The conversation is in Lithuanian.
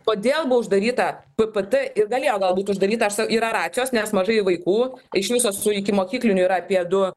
kodėl buvo uždaryta ppt ir galėjo gal būt uždarytą yra racijos nes mažai vaikų iš viso su ikimokykliniu yra apie du